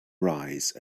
rise